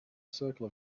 circle